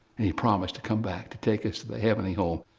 and he promised to come back to take us to the heavenly home,